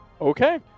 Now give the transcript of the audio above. Okay